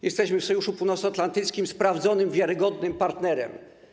Jesteśmy w Sojuszu Północnoatlantyckim sprawdzonym, wiarygodnym partnerem.